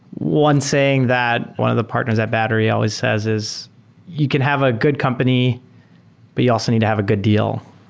one saying that one of the partners at battery always says is you can have a good company but also need to have a good deal.